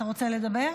אתה רוצה לדבר?